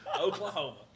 Oklahoma